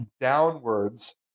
downwards